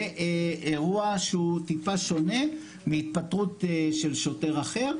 זה אירוע שהוא טיפה שונה מהתפטרות של שוטר אחר.